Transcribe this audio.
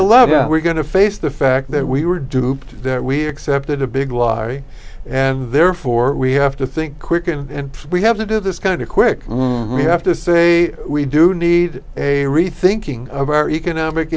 eleven we're going to face the fact that we were duped that we accepted a big lie and therefore we have to think quick and we have to do this kind of quick we have to say we do need a rethinking of our economic